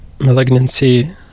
malignancy